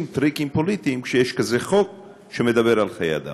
טריקים פוליטיים כשיש כזה חוק שמדבר על חיי אדם.